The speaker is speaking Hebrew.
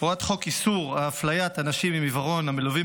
איסור אפליית אנשים עם עיוורון המלווים